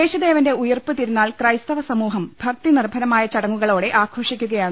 യേശുദേവന്റെ ഉയിർപ്പ് തിരുനാൾ ക്രൈസ്തവ സമൂഹം ഭക്തി നിർഭരമായ ചടങ്ങുകളോടെ ആഘോഷിക്കുകയാണ്